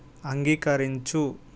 అంగీకరించు